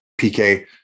PK